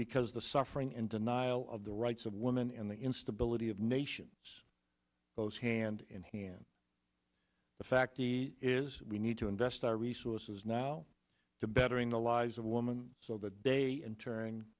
because the suffering and denial of the rights of women and the instability of nations goes hand in hand the fact is we need to invest our resources now to bettering the lives of woman so that they in turn